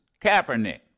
Kaepernick